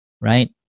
right